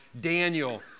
Daniel